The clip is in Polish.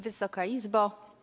Wysoka Izbo!